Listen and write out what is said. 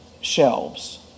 shelves